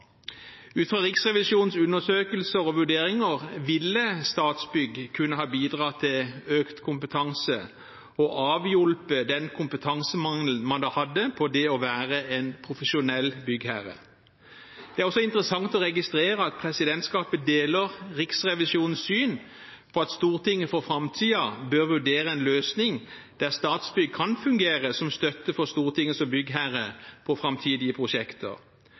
Ut fra Riksrevisjonens undersøkelser og vurderinger ville Statsbygg kunne ha bidratt til økt kompetanse og avhjulpet den kompetansemangelen man da hadde på det å være en profesjonell byggherre. Det er også interessant å registrere at presidentskapet deler Riksrevisjonens syn, at Stortinget for framtiden bør vurdere en løsning der Statsbygg kan fungere som støtte for Stortinget som byggherre for framtidige prosjekter.